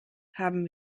haben